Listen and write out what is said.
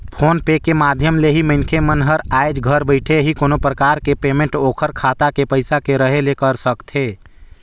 phone पे के माधियम ले मनखे मन हर आयज घर बइठे ही कोनो परकार के पेमेंट ओखर खाता मे पइसा के रहें ले कर सकथे